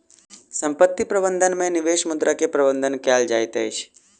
संपत्ति प्रबंधन में निवेश मुद्रा के प्रबंधन कएल जाइत अछि